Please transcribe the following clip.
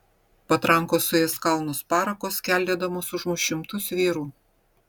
patrankos suės kalnus parako skeldėdamos užmuš šimtus vyrų